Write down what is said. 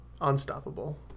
unstoppable